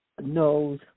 knows